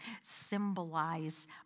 symbolize